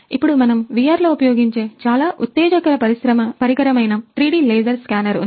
ఇప్పుడు మనము VR లో ఉపయోగించే చాలా ఉత్తేజకర పరికరమైన త్రీడీ లేజర్ స్కానర్ ఉంది